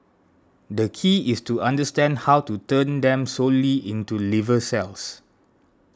the key is to understand how to turn them solely into liver cells